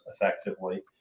effectively